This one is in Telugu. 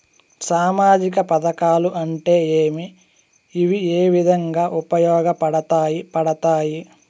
సామాజిక పథకాలు అంటే ఏమి? ఇవి ఏ విధంగా ఉపయోగపడతాయి పడతాయి?